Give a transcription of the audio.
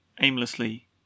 aimlessly